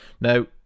Now